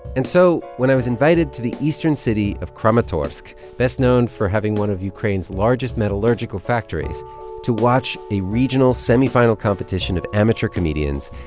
and so when i was invited to the eastern city of kramatorsk best known for having one of ukraine's largest metallurgical factories to watch a regional semifinal competition of amateur comedians,